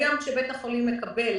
והיום, כשבית החולים מקבל,